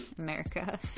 America